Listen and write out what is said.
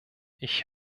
ich